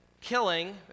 killing